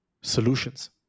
solutions